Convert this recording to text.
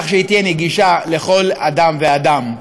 כך שהיא תהיה נגישה לכל אדם ואדם.